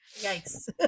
Yikes